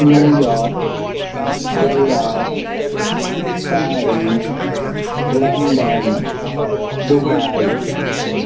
New York Dallas Paris London Dubai